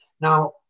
now